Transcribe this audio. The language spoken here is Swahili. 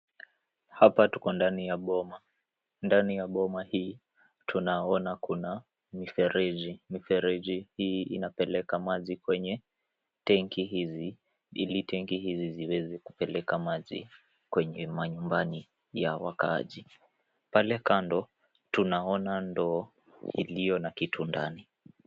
Hapa tuko ndani ya boma. Ndani ya boma hii tunaona kuna mifereji. Mifereji hii inapeleka maji kwenye tenki hizi ili tenki hizi ziweze kupeleka maji kwenye manyumbani ya wakaaji. Pale kando tunaona ndoo iliyo na kitu ndani.